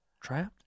trapped